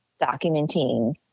documenting